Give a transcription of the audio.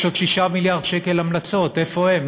יש עוד 6 מיליארד שקל המלצות, איפה הן?